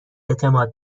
اعتماد